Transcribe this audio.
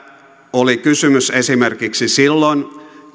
oli kysymys esimerkiksi silloin